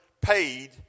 paid